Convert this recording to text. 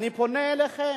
אני פונה אליכם,